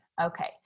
Okay